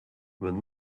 when